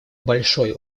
большой